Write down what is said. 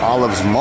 Olive's